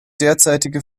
derzeitige